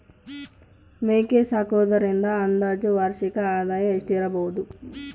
ಮೇಕೆ ಸಾಕುವುದರಿಂದ ಅಂದಾಜು ವಾರ್ಷಿಕ ಆದಾಯ ಎಷ್ಟಿರಬಹುದು?